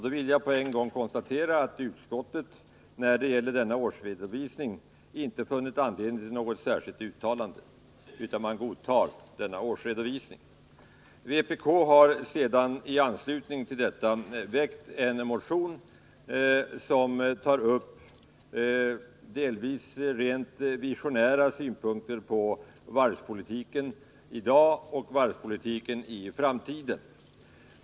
Då vill jag på en gång konstatera att utskottet när det gäller denna årsredovisning inte funnit anledning till något särskilt uttalande, utan man godtar årsredovisningen. Vpk har i anslutning till detta väckt en motion som tar upp delvis rent visionära synpunkter på varvspolitiken i dag och i framtiden.